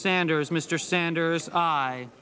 sanders mr sanders i